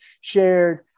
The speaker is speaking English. shared